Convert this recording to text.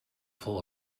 full